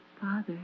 Father